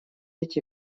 эти